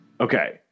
Okay